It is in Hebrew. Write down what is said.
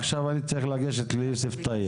עכשיו אני צריך לגשת ליוסף טייב.